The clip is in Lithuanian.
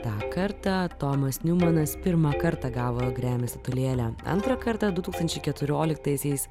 tą kartą tomas manas pirmą kartą gavo grammy statulėlę antrą kartą du tūkstančiai keturioliktaisiais